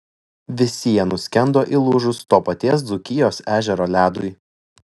visi jie nuskendo įlūžus to paties dzūkijos ežero ledui